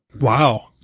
Wow